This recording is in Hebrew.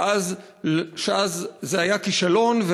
שאז זה היה כישלון,